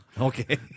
Okay